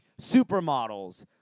supermodels